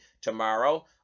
tomorrow